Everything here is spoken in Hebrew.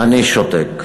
אני שותק.